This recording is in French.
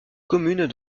communes